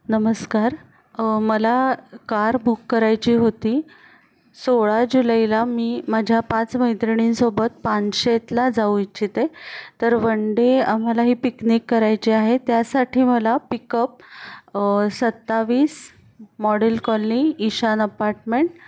नमस्कार मला car book करायची होती सोळा जुलैला मी माझ्या पाच मैत्रिणींसोबत पानशेतला जाऊ इच्छिते तर वन डे आम्हाला ही पिकनिक करायची आहे त्यासाठी मला पिकअप सत्तावीस मॉडेल कॉलनी ईशान अपार्टमेंट